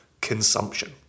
consumption